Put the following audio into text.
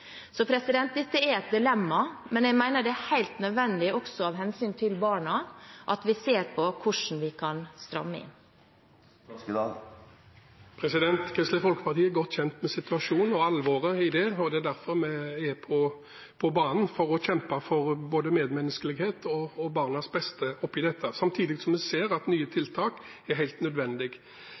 Dette er et dilemma, men jeg mener at det er helt nødvendig, også av hensyn til barna, at vi ser på hvordan vi kan stramme inn. Kristelig Folkeparti er godt kjent med situasjonen og alvoret i den. Det er derfor vi er på banen for å kjempe for både medmenneskelighet og barnas beste oppe i dette, samtidig som vi ser at nye tiltak er helt nødvendig.